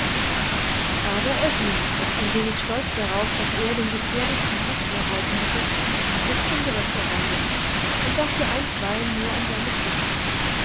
aber er ging doch ein wenig stolz darauf daß er den gefährlichsten posten erhalten hatte bis zum direktorhause und dachte einstweilen nur an seine pflicht